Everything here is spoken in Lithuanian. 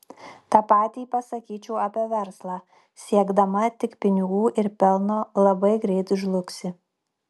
tą patį pasakyčiau apie verslą siekdama tik pinigų ir pelno labai greit žlugsi